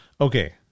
Okay